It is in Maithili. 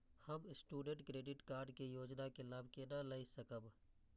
हम स्टूडेंट क्रेडिट कार्ड के योजना के लाभ केना लय सकब?